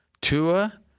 Tua